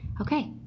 okay